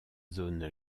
zone